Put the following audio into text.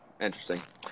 Interesting